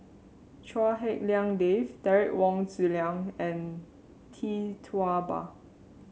Chua Hak Lien Dave Derek Wong Zi Liang and Tee Tua Ba